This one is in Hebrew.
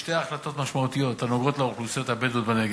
שתי החלטות משמעותיות הנוגעות באוכלוסיות הבדואיות בנגב.